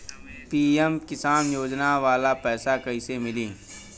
PM Kisan योजना वाला पैसा कईसे मिली?